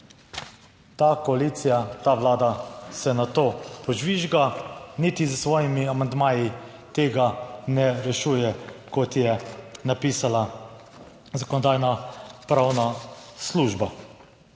ta koalicija, ta Vlada se na to požvižga, niti s svojimi amandmaji tega ne rešuje, kot je napisala Zakonodajno-pravna služba.